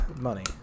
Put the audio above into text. money